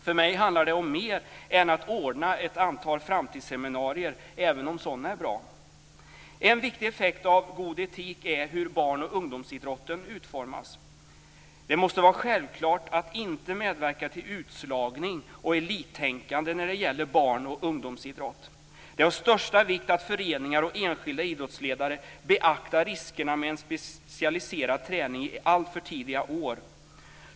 För mig handlar det om mer än att ordna ett antal framtidsseminarier, även om sådana är bra. En viktig effekt av god etik är hur barn och ungdomsidrotten utformas. Det måste vara självklart att inte medverka till utslagning och elittänkande när det gäller barn och ungdomsidrott. Det är av största vikt att föreningar och enskilda idrottsledare beaktar riskerna med en specialiserad träning i alltför tidiga år.